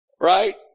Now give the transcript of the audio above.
right